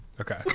Okay